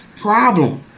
problem